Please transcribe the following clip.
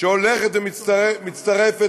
שהולכת ומצטרפת